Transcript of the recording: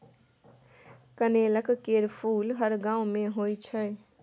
कनेलक केर फुल हर गांव मे होइ छै